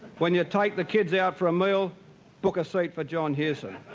when you take the kids out for a meal book a seat for john hewson.